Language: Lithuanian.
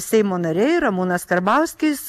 seimo nariai ramūnas karbauskis